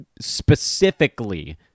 specifically